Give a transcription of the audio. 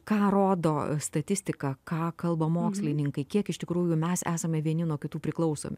ką rodo statistika ką kalba mokslininkai kiek iš tikrųjų mes esame vieni nuo kitų priklausomi